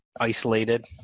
isolated